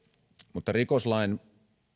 mutta rikoslain